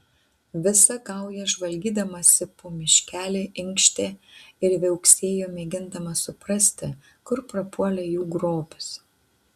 visa gauja žvalgydamasi po miškelį inkštė ir viauksėjo mėgindama suprasti kur prapuolė jų grobis